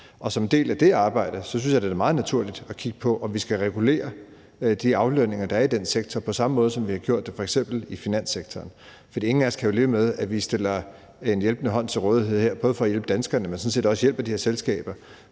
og som en del af det arbejde synes jeg at det da er meget naturligt at kigge på, om vi skal regulere de aflønninger, der er i den sektor, på samme måde, som vi har gjort det i f.eks. finanssektoren. For ingen af os kan jo leve med, at vi rækker en hjælpende hånd ud for at hjælpe danskerne, men at vi sådan set også hjælper de her selskaber